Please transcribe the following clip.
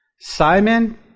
Simon